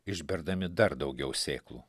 išberdami dar daugiau sėklų